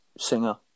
Singer